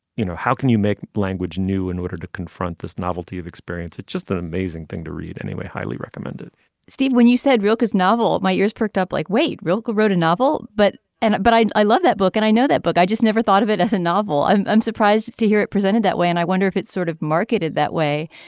you know how can you make language new in order to confront this novelty of experience it's just an amazing thing to read anyway highly recommended steve when you said real his novel my ears perked up like wait real cool wrote a novel. but and but i i love that book and i know that book. i just never thought of it as a novel. i'm i'm surprised to hear it presented that way and i wonder if it sort of marketed that way.